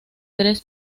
tres